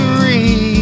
read